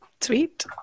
sweet